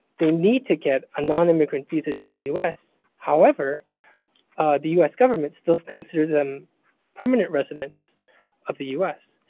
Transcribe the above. they need to get a non-immigrant visa to the u s. however the u s. government still considers them permanent residents of the u s.